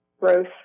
growth